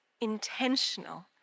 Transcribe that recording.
intentional